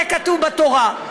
זה כתוב בתורה.